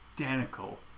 identical